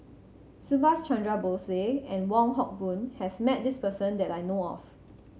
Subhas Chandra Bose and Wong Hock Boon has met this person that I know of